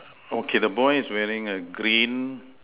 okay the boy is wearing a green